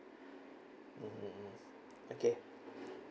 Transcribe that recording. okay